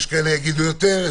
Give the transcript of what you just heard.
ונעלה אותה היום.